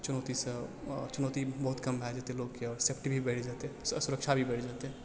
चुनौती सॅं चुनौती बहुत कम भए जेतै लोक के आओर सेफ़्टी भी बढि जेतै सुरक्षा भी बढि जेतै